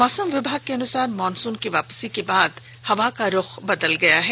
मौसम विभाग के अनुसार मानसुन की वापसी के बाद हवा का रूख बदल गया है